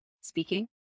speaking